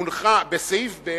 בסעיף (ב)